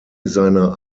seiner